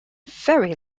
very